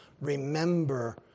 remember